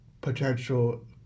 potential